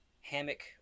hammock